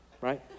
Right